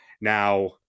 Now